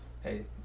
hey